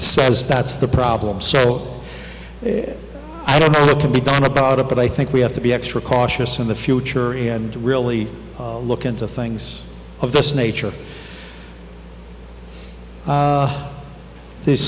says that's the problem so i don't know what can be done about it but i think we have to be extra cautious in the future and really look into things of this nature